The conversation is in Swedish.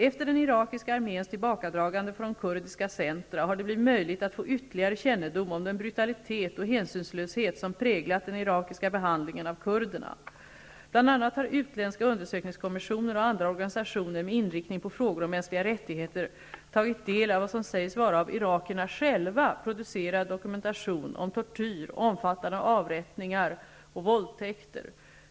Efter den irakiska arméns tillbakadragande från kurdiska centra har det blivit möjligt att få ytterligare kännedom om den brutalitet och hänsynslöshet som präglat den irakiska behandlingen av kurderna. Bl.a. har utländska undersökningskommissioner och andra organisationer med inriktning på frågor om mänskliga rättigheter tagit del av vad som sägs vara av irakierna själva producerad dokumentation om tortyr, omfattande avrättningar och våldtäkter.